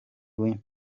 w’imari